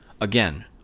again